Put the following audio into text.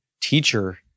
teacher